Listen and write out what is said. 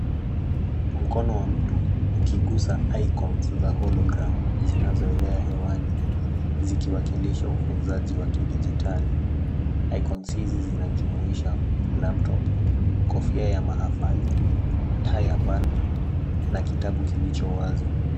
Mkono wa mtu ukiguza ikoni za hologramu zinazoelea hewani zikiwakilisha ukuzaji wa kidijitali. Ikoni hizi zinajumuhisha laptop , kofia ya mahafali, taa ya balbu na kitabu kicho wazi.